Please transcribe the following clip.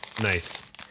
nice